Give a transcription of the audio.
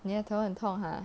你的头很痛 ha